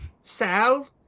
Sal